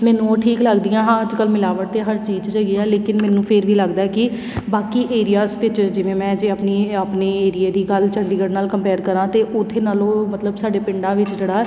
ਮੈਨੂੰ ਉਹ ਠੀਕ ਲੱਗਦੀਆਂ ਹਾਂ ਅੱਜ ਕੱਲ੍ਹ ਮਿਲਾਵਟ ਤਾਂ ਹਰ ਚੀਜ਼ 'ਚ ਹੈਗੀ ਆ ਲੇਕਿਨ ਮੈਨੂੰ ਫਿਰ ਵੀ ਲੱਗਦਾ ਕਿ ਬਾਕੀ ਏਰੀਆਸ ਵਿੱਚ ਜਿਵੇਂ ਮੈਂ ਜੇ ਆਪਣੀ ਆਪਣੇ ਏਰੀਏ ਦੀ ਗੱਲ ਚੰਡੀਗੜ੍ਹ ਨਾਲ ਕੰਪੇਅਰ ਕਰਾਂ ਤਾਂ ਉੱਥੇ ਨਾਲੋਂ ਮਤਲਬ ਸਾਡੇ ਪਿੰਡਾਂ ਵਿੱਚ ਜਿਹੜਾ